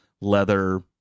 leather